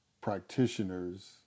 practitioners